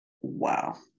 Wow